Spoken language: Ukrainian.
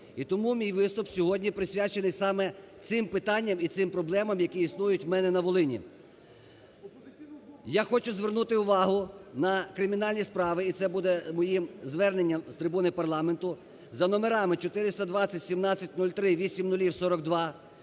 І тому мій виступ сьогодні присвячений саме цим питанням, і цим проблемам, які існують в мене на Волині. Я хочу звернути увагу на кримінальні справи і це буде моїм зверненням з трибуни парламенту за номерами 42017030000000042,